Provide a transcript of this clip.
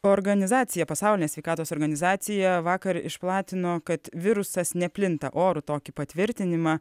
organizacija pasaulinė sveikatos organizacija vakar išplatino kad virusas neplinta oru tokį patvirtinimą